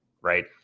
right